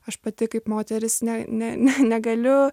aš pati kaip moteris ne ne ne negaliu